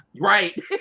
Right